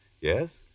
Yes